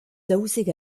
daouzek